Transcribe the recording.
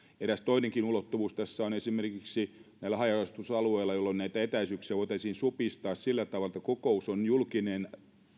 eräs toinenkin ulottuvuus tässä on esimerkiksi näillä haja asutusalueilla näitä etäisyyksiä voitaisiin supistaa sillä tavalla että kokous on julkinen